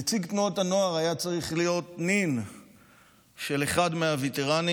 נציג תנועות הנוער היה צריך להיות נין של אחד מהווטרנים,